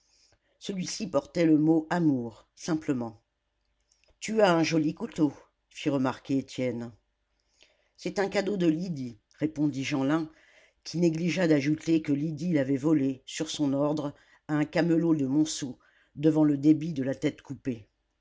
celui-ci portait le mot amour simplement tu as un joli couteau fit remarquer étienne c'est un cadeau de lydie répondit jeanlin qui négligea d'ajouter que lydie l'avait volé sur son ordre à un camelot de montsou devant le débit de la tête coupée